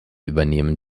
übernehmen